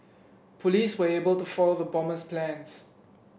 police were able to foil the bomber's plans